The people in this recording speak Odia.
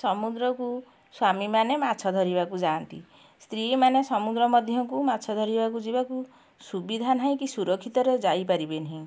ସମୁଦ୍ରକୁ ସ୍ବାମୀ ମାନେ ମାଛ ଧରିବାକୁ ଯାଆନ୍ତି ସ୍ତ୍ରୀ ମାନେ ସମୁଦ୍ର ମଧ୍ୟକୁ ମାଛ ଧରିବାକୁ ଯିବାକୁ ସୁବିଧା ନାହିଁ କି ସୁରକ୍ଷିତରେ ଯାଇପାରିବେନି